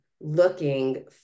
looking